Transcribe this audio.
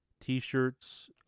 t-shirts